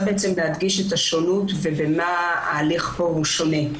להדגיש את השונות ובמה ההליך פה שונה.